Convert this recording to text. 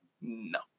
No